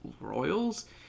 royals